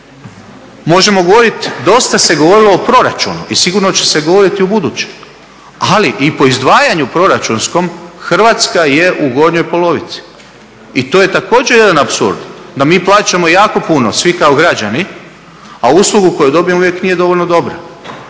zemljama. Dosta se govorilo o proračunu i sigurno će se govoriti i ubuduće, ali po izdvajanju proračunskom Hrvatska je u gornjoj polovici i to je također jedan apsurd da mi plaćamo jako puno svi kao građani, a uslugu koju dobijemo uvijek nije dovoljno dobra.